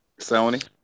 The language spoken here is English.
Sony